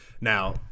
now